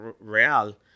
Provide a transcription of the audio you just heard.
Real